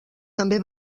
també